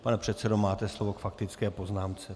Pane předsedo, máte slovo k faktické poznámce.